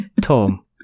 Tom